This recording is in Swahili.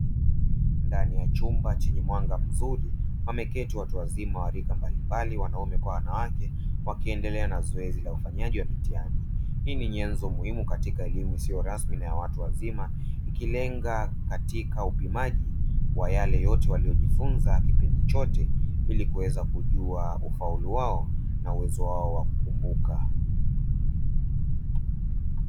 Ndani ya chumba chenye mwanga mzuri wameketi watu wazima wa rika mbalimbali wanaume kwa wanawake wakiendelea na zoezi la ufanyaji wa mitihani, hii ni nyenzo muhimu katika elimu isiyo rasmi ya watu wazima ikilenga katika upimaji wa yale yote waliyojifunza kipindi chote ili kuweza kujua ufaulu wao na uwezo wao wa kukumbuka.